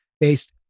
based